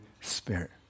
Spirit